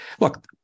Look